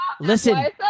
listen